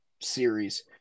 series